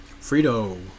Frito